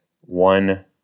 one